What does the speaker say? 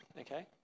Okay